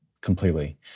completely